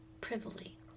privily